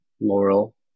Laurel